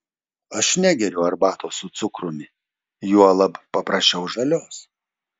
aš negeriu arbatos su cukrumi juolab paprašiau žalios